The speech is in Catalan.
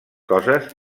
coses